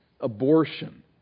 abortion